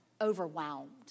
overwhelmed